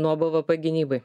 nuo bvp gynybai